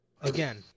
again